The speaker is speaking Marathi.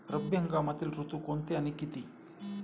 रब्बी हंगामातील ऋतू कोणते आणि किती?